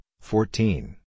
fourteen